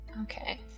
Okay